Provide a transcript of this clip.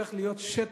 הופך להיות שטף,